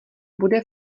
bude